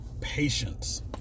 Patience